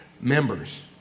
members